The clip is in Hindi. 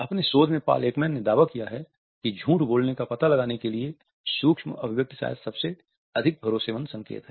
अपने शोध में पॉल एकमैन ने दावा किया है कि झूठ बोलने का पता लगाने के लिए सूक्ष्म अभिव्यक्ति शायद सबसे अधिक भरोसेमंद संकेत हैं